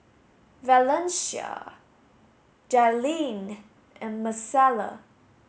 Valencia Jailene and Marcella